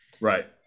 Right